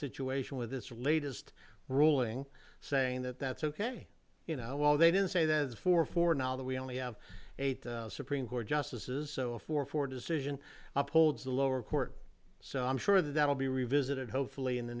situation with this latest ruling saying that that's ok you know well they didn't say that for for now that we only have eight supreme court justices so a four four decision upholds the lower court so i'm sure that will be revisited hopefully in the